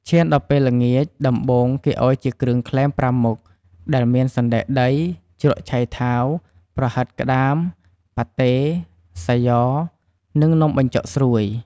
ឈានដល់ពេលល្ងាច ដំបូងគេឲ្យជាគ្រឿងក្លែម ៥មុខ ដែលមាន សណ្តែកដី ជ្រក់ឆៃថាវ ប្រហិតក្តាម ប៉ាត់តេ សាយ៉ និង នំបញ្ចុកស្រួយ។